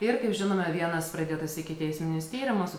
ir kaip žinome vienas pradėtas ikiteisminis tyrimas